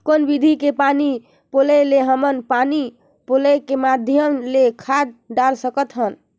कौन विधि के पानी पलोय ले हमन पानी पलोय के माध्यम ले खाद डाल सकत हन?